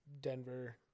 Denver